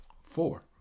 Four